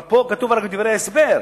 אבל פה כתוב רק בדברי ההסבר.